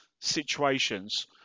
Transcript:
situations